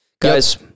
guys